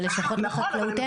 בלשכות בחקלאות אין.